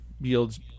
yields